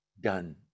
done